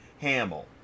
Hamill